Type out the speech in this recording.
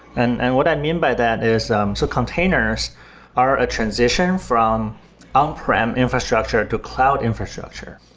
and and what i mean by that is um so containers are a transition from on-prem infrastructure to cloud infrastructure,